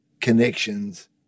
connections